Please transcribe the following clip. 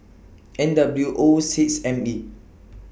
N W O six M E